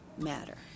matter